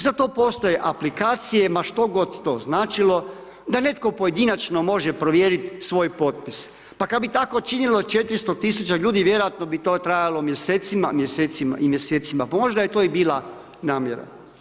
Za to postoje aplikacije, ma što god to značilo, da netko pojedinačno može provjerit svoj potpis, pa kad bi tako činilo 400 000 ljudi, vjerojatno bi to trajalo mjesecima, mjesecima i mjesecima, pa možda je to i bila namjera.